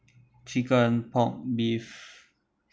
chicken pork beef